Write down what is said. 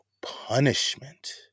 punishment